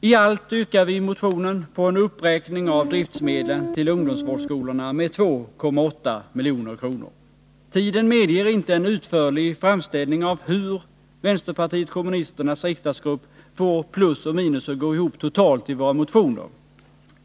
I allt yrkar vi i motionen på en uppräkning av driftmedlen till ungdomsvårdsskolorna med 2,8 milj.kr. Tiden medger inte en utförlig framställning av hur vänsterpartiet kommunisternas riksdagsgrupp får plus och minus att gå ihop i våra motioner.